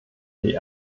die